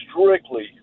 strictly